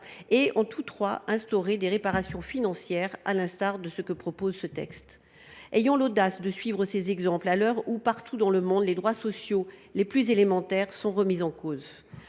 pays ont mis en œuvre des réparations financières, à l’instar de ce qui est proposé dans ce texte. Ayons l’audace de suivre ces exemples à l’heure où, partout dans le monde, les droits sociaux les plus élémentaires sont remis en cause